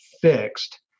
fixed